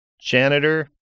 janitor